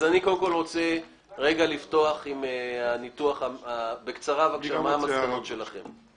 אני רוצה לפתוח ולשמוע בקצרה מה המסקנות שלכם.